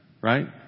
Right